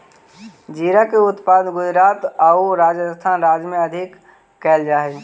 जीरा के उत्पादन गुजरात आउ राजस्थान राज्य में अधिक कैल जा हइ